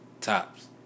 tops